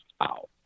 out